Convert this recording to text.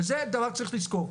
וזה דבר שצריך לזכור.